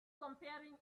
comparing